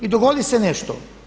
I dogodi se nešto.